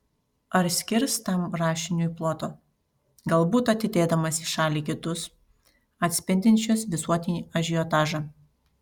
ar skirs tam rašiniui ploto galbūt atidėdamas į šalį kitus atspindinčius visuotinį ažiotažą